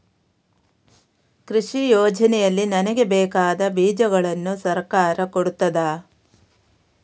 ಕೃಷಿ ಯೋಜನೆಯಲ್ಲಿ ನನಗೆ ಬೇಕಾದ ಬೀಜಗಳನ್ನು ಸರಕಾರ ಕೊಡುತ್ತದಾ?